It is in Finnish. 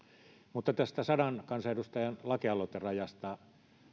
mutta tästä sadan kansanedustajan lakialoiterajasta